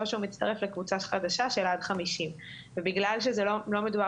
או שהוא מצטרף לקבוצה חדשה של עד 50. בגלל שלא מדובר